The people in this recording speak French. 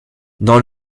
dans